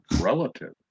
relative